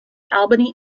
albany